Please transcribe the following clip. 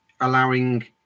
allowing